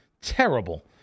Terrible